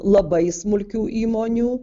labai smulkių įmonių